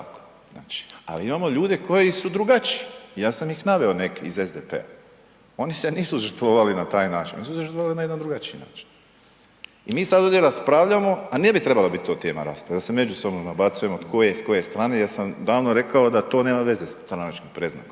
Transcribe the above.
ali imamo ljude koji su drugačiji i ja sam ih naveo, neke iz SDP-a. oni se nisu žrtvovali na taj način .../Govornik se ne razumije./... na jedan drugačiji način. I mi sad ovdje raspravljamo, a ne bi trebali to tema rasprave, da se međusobno nabacujemo, tko je s koje strane jer sam davno rekao da to nema sa stranačkim predznakom.